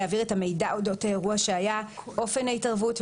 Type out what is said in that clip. התשפ"ג 2022,